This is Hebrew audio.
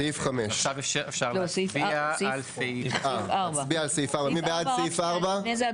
נצביע על סעיף 4. לפני כן,